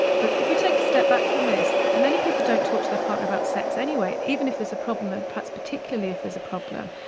but if we take a step back from this many people don't talk to their partner about sex anyway even if there's a problem, and perhaps particularly if there's a problem,